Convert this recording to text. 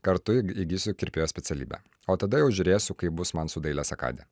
kartu įgysiu kirpėjo specialybę o tada jau žiūrėsiu kaip bus man su dailės akade